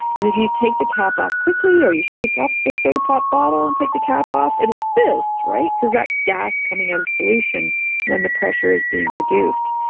and if you take the cap off quickly or you shake up the soda pop bottle and take the cap off, it'll fizz. right? because that's gas coming out of solution when the pressure is being reduced.